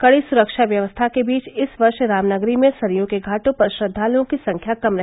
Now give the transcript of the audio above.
कड़ी सुरक्षा व्यवस्था के बीच इस वर्ष राम नगरी में सरयू के घाटो पर श्रद्वालुओं को संख्या कम रहे